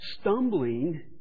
stumbling